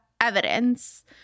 evidence